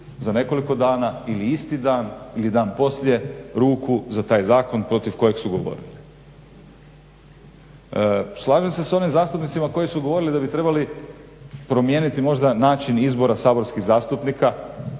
za nekoliko dana ili isti dan ili dan poslije ruku za taj zakon protiv kojeg su govorili. Slažem se sa onim zastupnicima koji su govorili da bi trebali promijeniti možda način izbora saborskih zastupnika,